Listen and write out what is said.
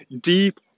deep